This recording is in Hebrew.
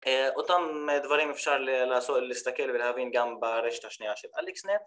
אותם דברים אפשר להסתכל ולהבין גם ברשת השנייה של אליקס-נט